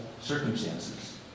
circumstances